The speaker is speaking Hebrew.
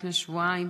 לפני שבועיים